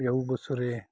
बेयाव बोसोरै